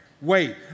wait